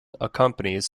accompanies